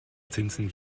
zinsen